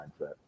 mindset